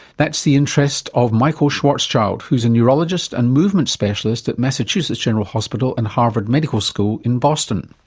that's the interest of michael schwarzschild who's a neurologist and movement specialist at massachusetts general hospital and harvard medical school in boston.